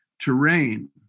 terrain